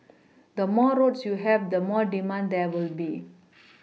the more roads you have the more demand there will be